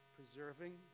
Preserving